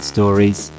Stories